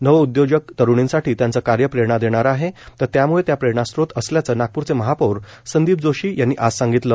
नवउद्योजक तरुणींसाठी त्यांचं कार्य प्रेरणा देणार आहे तर त्यामुळं त्या प्रेरणास्त्रोत असल्याचं नागपूरचे महापौर संदीप जोशी आज सांगितलं